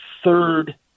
third